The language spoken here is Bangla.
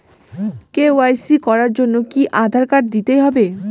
কে.ওয়াই.সি করার জন্য কি আধার কার্ড দিতেই হবে?